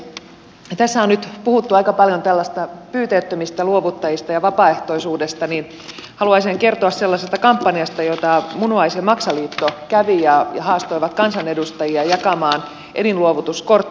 kun tässä on nyt puhuttu aika paljon tällaisista pyyteettömistä luovuttajista ja vapaaehtoisuudesta niin haluaisin kertoa sellaisesta kampanjasta jota munuais ja maksaliitto kävi ja haastoi kansanedustajia jakamaan elinluovutuskortteja